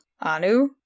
Anu